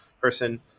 person